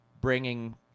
bringing